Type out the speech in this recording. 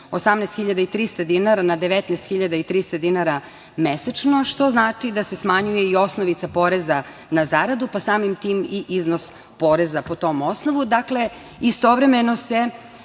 18.300 dinara na 19.300 dinara mesečno, što znači da se smanjuje i osnovica poreza na zaradu, pa samim tim i iznos poreza po tom osnovu. Dakle, istovremeno se